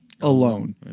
alone